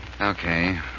Okay